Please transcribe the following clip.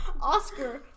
oscar